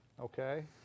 Okay